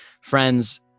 friends